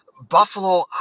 Buffalo